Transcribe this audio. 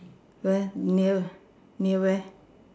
where near near where